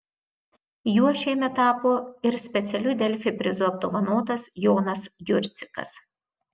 juo šiemet tapo ir specialiu delfi prizu apdovanotas jonas jurcikas